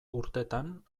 urtetan